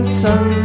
sun